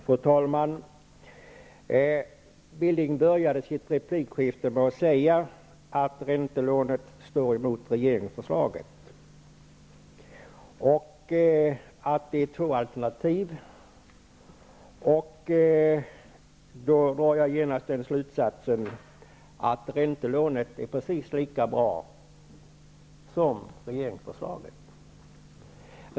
Fru talman! Billing började replikskiftet med att säga att räntelånet står emot regeringsförslaget och att detta är två alternativ. Jag drar då genast slutsatsen att räntelånet är precis lika bra som regeringsförslaget.